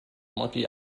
monkey